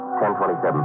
10.27